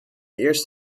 eerst